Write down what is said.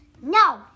no